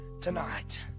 tonight